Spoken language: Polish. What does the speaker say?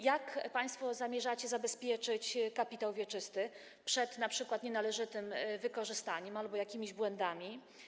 Jak państwo zamierzacie zabezpieczyć kapitał wieczysty np. przed nienależytym wykorzystaniem albo jakimiś błędami?